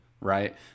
right